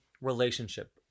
relationship